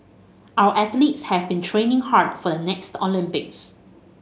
our athletes have been training hard for the next Olympics